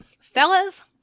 Fellas